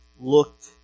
looked